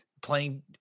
playing